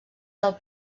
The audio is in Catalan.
del